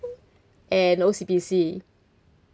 and O_C_B_C